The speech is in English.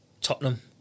Tottenham